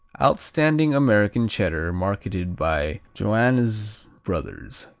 outstanding american cheddar marketed by joannes brothers,